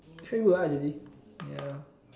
ya